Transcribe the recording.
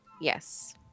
Yes